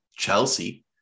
Chelsea